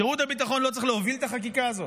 שירות הביטחון לא צריך להוביל את החקיקה הזאת?